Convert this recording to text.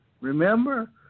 Remember